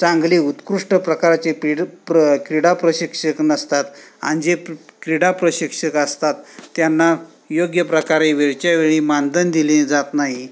चांगले उत्कृष्ट प्रकारचे प्र क्रीडा प्रशिक्षक नसतात आणि जे क्रीडा प्रशिक्षक असतात त्यांना योग्य प्रकारे वेळच्या वेळी मानधन दिले जात नाही